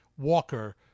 Walker